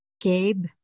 Gabe